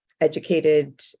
educated